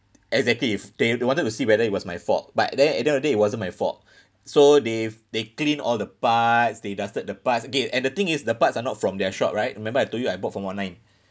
exactly if they they wanted to see whether it was my fault but then at the end of day it wasn't my fault so they they clean all the parts they dusted the parts K and the thing is the parts are not from their shop right remember I told you I bought from online